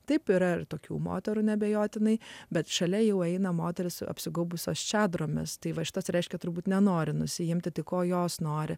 taip yra ir tokių moterų neabejotinai bet šalia jau eina moterys apsigaubusios čadromis tai va šitas reiškia turbūt nenori nusiimti tiko jos nori